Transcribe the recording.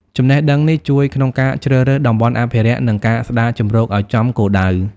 ចំណេះដឹងនេះជួយក្នុងការជ្រើសរើសតំបន់អភិរក្ស និងការស្តារជម្រកឲ្យចំគោលដៅ។